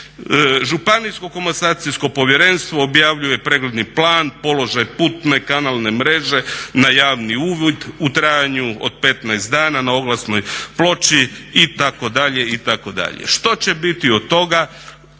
Županijsko komasacijsko povjerenstvo objavljuje pregledni plan, položaj putne kanalne mreže na javni uvid u trajanju od 15 dana na oglasnoj ploči itd., itd.. Što će biti od toga